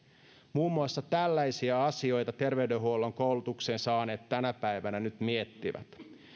muun muassa tällaisia asioita terveydenhuollon koulutuksen saaneet tänä päivänä nyt miettivät